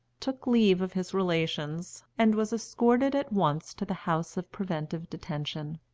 took leave of his relations, and was escorted at once to the house of preventive detention.